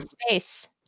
space